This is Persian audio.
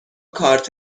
کارت